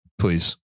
please